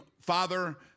father